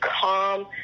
calm